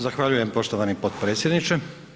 Zahvaljujem poštovani potpredsjedniče.